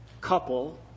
couple